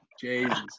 Jesus